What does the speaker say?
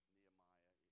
Nehemiah